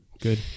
good